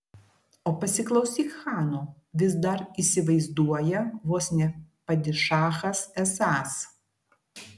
o pasiklausyk chano vis dar įsivaizduoja vos ne padišachas esąs